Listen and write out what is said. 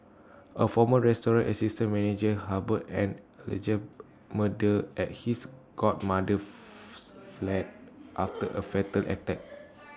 A former restaurant assistant manager harboured an alleged murder at his godmother's flat after A fatal attack